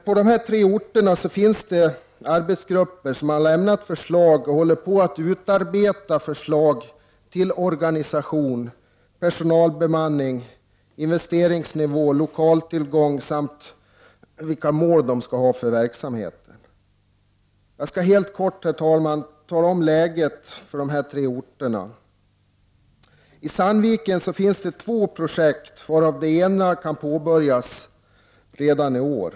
På dessa tre orter finns en arbetsgrupp som lämnat förslag till eller håller på att utarbeta förslag till organisation, personalbemanning, investeringsnivå, lokaltillgång samt målinriktning för verksamheten. Läget är följande på de tre orterna: I Sandviken finns två projekt, varav det ena kan påbörjas redan i år.